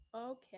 Okay